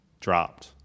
dropped